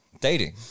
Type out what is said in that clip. dating